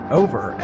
over